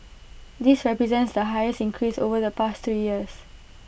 this represents the highest increase over the past three years